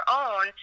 own